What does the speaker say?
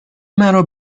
مرا